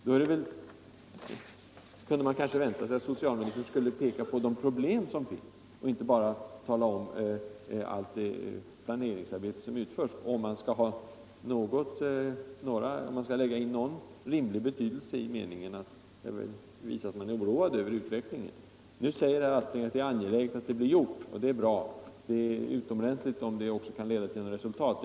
Då kunde man vänta sig att socialministern skulle peka på de problem som finns och inte bara tala om allt planeringsarbete som utförs. Herr Aspling säger att det är angeläget att preventivmedelsrådgivningen görs lättillgänglig och byggs ut. Det är bra, och det är utomordentligt bra, om det också kan leda till något resultat.